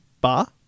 Ba